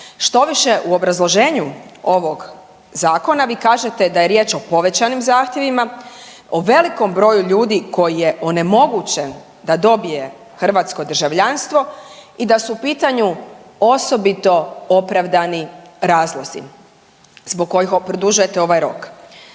Štoviše, u obrazloženju ovog Zakona vi kažete da je riječ o povećanim zahtjevima, o veliko broju ljudi koji je onemogućen da dobije hrvatsko državljanstvo i da su u pitanju osobito opravdani razlozi zbog kojih produžujete ovaj rok.